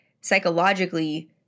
psychologically